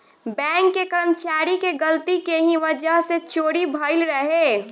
bank के कर्मचारी के गलती के ही वजह से चोरी भईल रहे